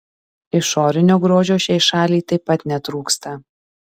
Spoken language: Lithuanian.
išorinio grožio šiai šaliai taip pat netrūksta